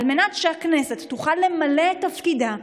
על מנת שהכנסת תוכל למלא את תפקידה,